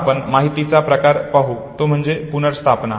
आता आपण माहितीचा प्रकार पाहू तो म्हणजे पुनर्स्थापना